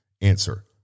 answer